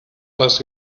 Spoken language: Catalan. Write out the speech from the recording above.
les